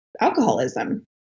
alcoholism